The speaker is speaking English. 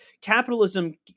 capitalism